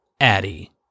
addie